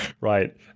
right